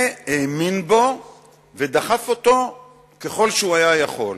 האמין בו ודחף אותו ככל שהוא היה יכול.